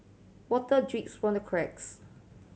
water drips from the cracks